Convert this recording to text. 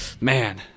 Man